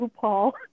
paul